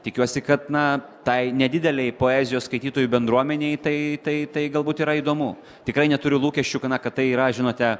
tikiuosi kad na tai nedidelei poezijos skaitytojų bendruomenei tai tai tai galbūt yra įdomu tikrai neturiu lūkesčių kad na kad tai yra žinote